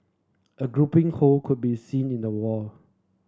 a grouping hole could be seen in the wall